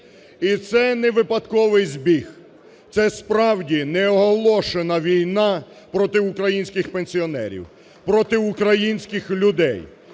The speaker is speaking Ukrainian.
І це не випадковий збіг, це справді неоголошена війна проти українських пенсіонерів, проти українських людей.